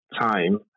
time